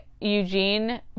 Eugene